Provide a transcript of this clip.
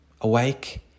awake